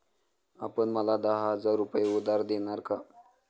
आपण मला दहा हजार रुपये उधार देणार का?